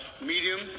medium